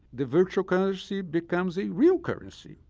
the virtual currency becomes a real currency.